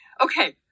Okay